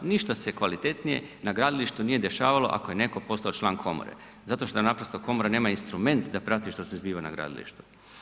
Ništa se kvalitetnije na gradilištu nije dešavalo ako je netko postao član komore zato što naprosto komora nema instrument da prati što se zbiva na gradilištu.